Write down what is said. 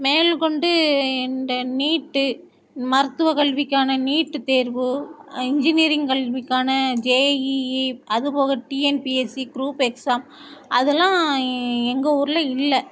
மேல்கொண்டு இந்த நீட்டு மருத்துவ கல்விக்கான நீட்டு தேர்வு இன்ஜினியரிங் கல்விக்கான ஜேஇஇ அது போக டிஎன்பிஎஸ்சி குரூப் எக்ஸாம் அதெல்லாம் எங்கள் ஊரில் இல்லை